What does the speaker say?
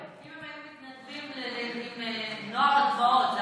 אם הם היו מתנדבים עם נוער הגבעות,